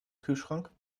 kühlschrank